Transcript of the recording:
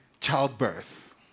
childbirth